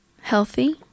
Healthy